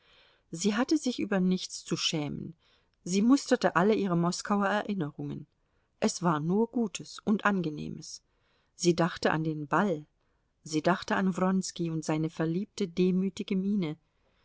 sie hatte sich über nichts zu schämen sie musterte alle ihre moskauer erinnerungen es war nur gutes und angenehmes sie dachte an den ball sie dachte an wronski und seine verliebte demütige miene